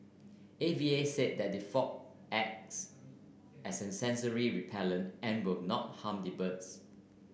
A V A said that the fog acts as a sensory repellent and will not harm the birds